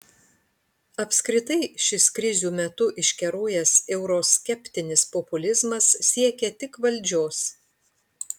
apskritai šis krizių metu iškerojęs euroskeptinis populizmas siekia tik valdžios